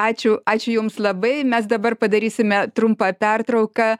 ačiū ačiū jums labai mes dabar padarysime trumpą pertrauką